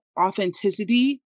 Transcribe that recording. authenticity